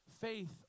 Faith